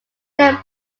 then